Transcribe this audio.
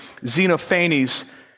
Xenophanes